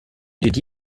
did